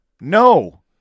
no